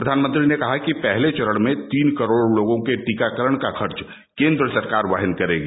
प्रधानमंत्री ने कहा कि पहले चरण में तीन करोड़ लोगों के टीकाकरण का खर्च केंद्र सरकार वहन करेगी